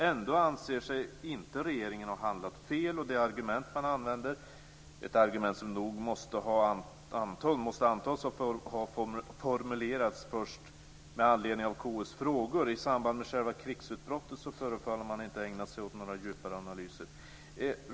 Ändå anser sig regeringen inte ha handlat fel - ett argument som nog måste antas ha formulerats först med anledning av KU:s frågor; i samband med själva krigsutbrottet förefaller man inte ha ägnat sig åt några djupare analyser.